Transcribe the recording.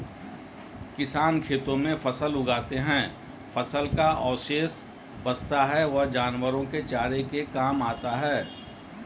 किसान खेतों में फसल उगाते है, फसल का अवशेष बचता है वह जानवरों के चारे के काम आता है